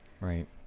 Right